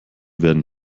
werden